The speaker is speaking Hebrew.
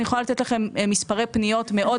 אני יכולה לתת לכם מספרי פניות מאוד